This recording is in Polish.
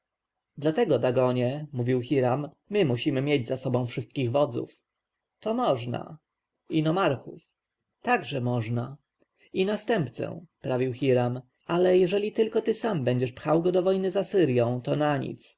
dlatego dagonie mówił hiram my musimy mieć za sobą wszystkich wodzów to można i nomarchów także można i następcę prawił hiram ale jeżeli tylko ty sam będziesz pchał go do wojny z